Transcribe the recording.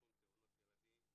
בתחום תאונות ילדים,